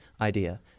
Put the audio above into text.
idea